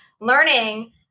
learning